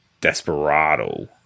Desperado